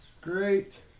Great